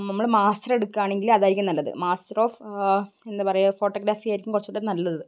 നമ്മള് മാസ്റ്റര് എടുക്കുകയാണെങ്കില് അതായിരിക്കും നല്ലത് മാസ്റ്റര് ഓഫ് എന്താണ് പറയുക ഫോട്ടോഗ്രാഫി ആയിരിക്കും കുറച്ചുകൂടെ നല്ലത്